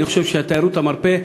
אני חושב שתיירות המרפא,